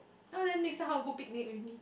!huh! then next time how to go picnic with me